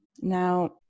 Now